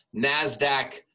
nasdaq